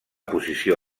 posició